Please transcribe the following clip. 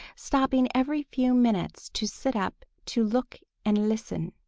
stopping every few minutes to sit up to look and listen.